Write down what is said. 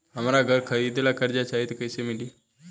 हमरा घर खरीदे ला कर्जा चाही त कैसे मिली?